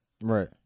Right